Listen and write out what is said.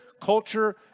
culture